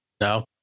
No